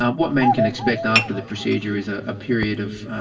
um what men can expect after the procedure is a ah period of